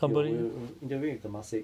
有我有 in~ interview with Temasek